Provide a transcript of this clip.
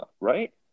right